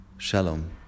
Shalom